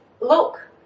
look